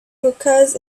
hookahs